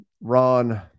Ron